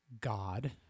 God